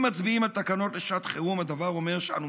אם מצביעים על תקנות לשעת חירום הדבר אומר שאנו